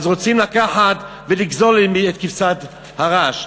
אז רוצים לקחת ולגזול את כבשת הרש.